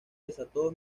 desató